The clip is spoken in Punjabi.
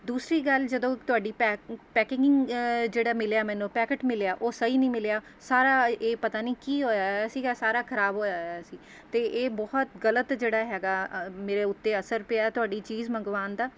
ਦੂਸਰੀ ਗੱਲ ਜਦੋਂ ਤੁਹਾਡੀ ਪੈਕ ਪੈਕਿੰਗ ਜਿਹੜਾ ਮਿਲਿਆ ਮੈਨੂੰ ਪੈਕਟ ਮਿਲਿਆ ਉਹ ਸਹੀ ਨਹੀਂ ਮਿਲਿਆ ਸਾਰਾ ਇਹ ਪਤਾ ਨਹੀਂ ਕੀ ਹੋਇਆ ਹੋਇਆ ਸੀਗਾ ਸਾਰਾ ਖਰਾਬ ਹੋਇਆ ਹੋਇਆ ਸੀ ਅਤੇ ਇਹ ਬਹੁਤ ਗਲਤ ਜਿਹੜਾ ਹੈਗਾ ਮੇਰੇ ਉੱਤੇ ਅਸਰ ਪਿਆ ਤੁਹਾਡੀ ਚੀਜ਼ ਮੰਗਵਾਉਣ ਦਾ